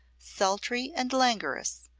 sultry and languorous,